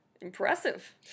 Impressive